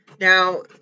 Now